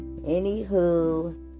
Anywho